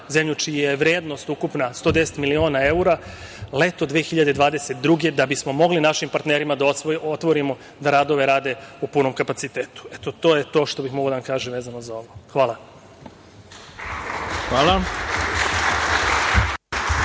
zemlju, čija je vrednost ukupna 110 miliona evra, leto 2022. godine, da bismo mogli našim partnerima da otvorimo, da radove rade u punom kapacitetu. To je to što bih mogao da vam kažem vezano za ovo. Hvala. **Ivica